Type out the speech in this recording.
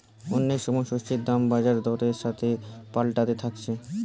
অনেক সময় শস্যের দাম বাজার দরের সাথে পাল্টাতে থাকছে